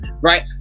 right